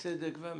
הצדק והמשפט.